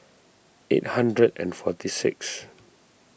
eight hundred and forty six